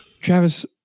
Travis